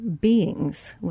beings